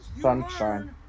Sunshine